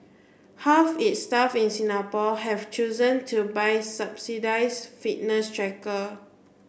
half its staff in Singapore have chosen to buy subsidise fitness tracker